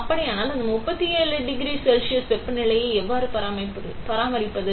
அப்படியானால் அந்த 37 degree Celsius வெப்பநிலையை எவ்வாறு பராமரிப்பது